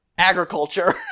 agriculture